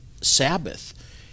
Sabbath